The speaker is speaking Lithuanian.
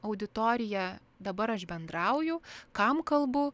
auditorija dabar aš bendrauju kam kalbu